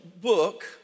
book